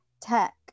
tech